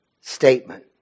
statement